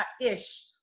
ish